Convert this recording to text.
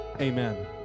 Amen